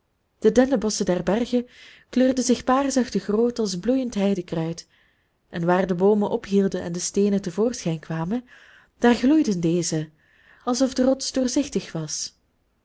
de dennenbosschen der bergen kleurden zich paarsachtig rood als bloeiend heidekruid en waar de boomen ophielden en de steenen te voorschijn kwamen daar gloeiden deze alsof de rots doorzichtig was